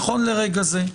נכון לרגע זה,